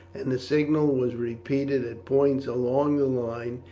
and the signal was repeated at points along the line,